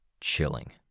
Chilling